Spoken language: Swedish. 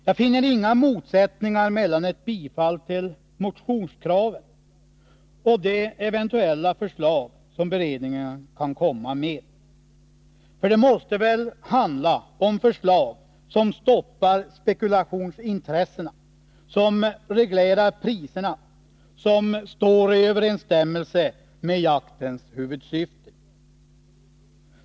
Jag finner inga motsättningar mellan ett bifall till motionskraven och de eventuella förslag som beredningen kan komma med, för det måste väl handla om förslag som stoppar spekulationsintressena, reglerar priserna och står i överensstämmelse med jaktens huvudsyfte.